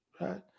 right